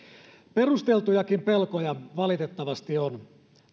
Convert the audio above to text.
perusteltujakin pelkoja valitettavasti on